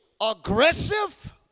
Aggressive